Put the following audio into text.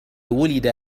ولد